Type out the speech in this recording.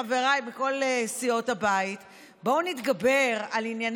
חבריי מכל סיעות הבית: בואו נתגבר על ענייני